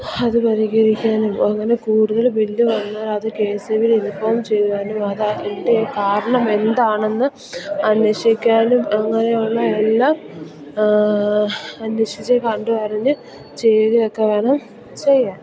അത് പരിഹരിക്കാനും അങ്ങനെ കൂടുതൽ ബില്ല് വന്നാലത് കെ എസ് ഇ ബിയിൽ ഇൻഫോം ചെയ്യാനും അതിൻ്റെ കാരണമെന്താണെന്ന് അന്വേഷിക്കാനും അങ്ങനെയെല്ലാം അന്വേഷിച്ച് കണ്ടുമറിഞ്ഞ് ചെയ്യുകയൊക്കെവേണം ചെയ്യാൻ